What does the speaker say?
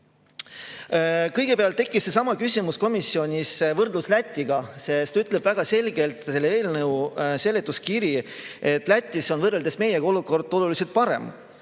Kõigepealt tekkis seesama küsimus komisjonis: võrdlus Lätiga. Väga selgelt ütleb eelnõu seletuskiri, et Lätis on võrreldes meiega olukord oluliselt parem,